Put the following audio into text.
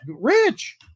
rich